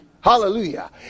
Hallelujah